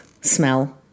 smell